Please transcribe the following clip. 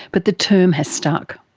but the term has stuck.